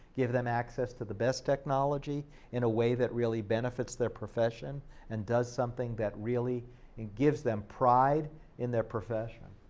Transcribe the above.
give them access to the best technology in a way that really benefits their profession and does something that really and gives them pride in their profession.